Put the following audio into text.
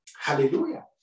Hallelujah